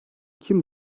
kim